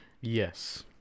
Yes